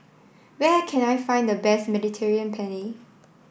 where can I find the best Mediterranean Penne